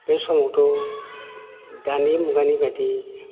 बे समावथ' दानि मुगानि बादि